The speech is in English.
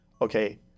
Okay